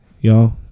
y'all